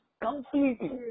completely